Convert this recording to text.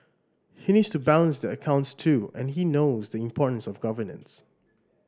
he needs to balance the accounts too and he knows the importance of governance